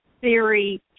theory